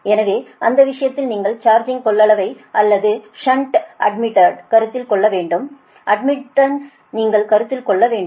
எனவே அந்த விஷயத்தில் நீங்கள் சார்ஜிங் கொள்ளளவை அல்லது ஷன்ட் அட்மிடடு கருத்தில் கொள்ள வேண்டும் அட்மிடன்ஸ் நீங்கள் கருத்தில் கொள்ள வேண்டும்